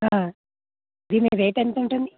దీని రేట్ ఎంత ఉంటుంది